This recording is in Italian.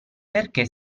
perché